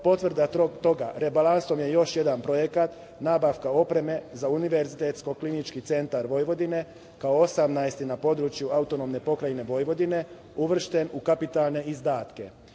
potvrda toga, rebalansom je još jedan projekat, nabavka opreme za Univerzitetsko-klinički centar Vojvodine, kao 18. na području AP Vojvodine, uvršten u kapitalne izdatke. Pre